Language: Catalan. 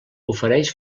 ofereix